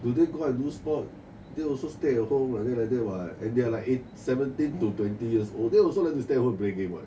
do they go and do sport they also stay at home like that like that what and they're like eight seventeen to twenty years old they also like to stay at home play game what